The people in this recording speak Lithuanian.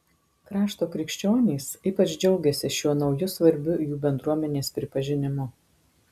krašto krikščionys ypač džiaugiasi šiuo nauju svarbiu jų bendruomenės pripažinimu